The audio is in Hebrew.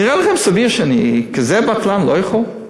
נראה לכם סביר שאני כזה בטלן ולא יכול?